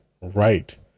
right